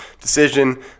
decision